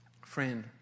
friend